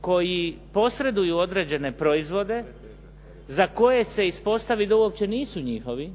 koji posreduju određene proizvode za koje se ispostavi da uopće nisu njihovi,